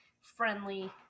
friendly